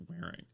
wearing